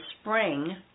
spring